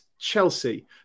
Chelsea